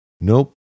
Nope